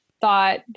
thought